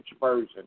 Version